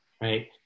Right